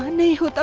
um me with